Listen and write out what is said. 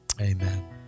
Amen